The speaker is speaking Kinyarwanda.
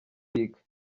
league